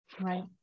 Right